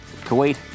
Kuwait